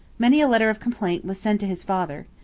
many a letter of complaint was sent to his father.